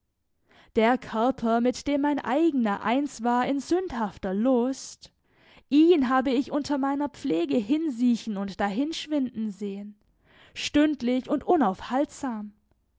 der körper mit dem mein eigener eins war in sündhafter lust ihn habe ich unter meiner pflege hinsiechen und dahinschwinden sehen stündlich und unaufhaltsam